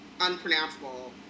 unpronounceable